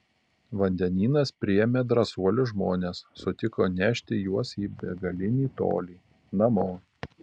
vandenynas priėmė drąsiuosius žmones sutiko nešti juos į begalinį tolį namo